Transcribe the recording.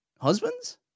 Husbands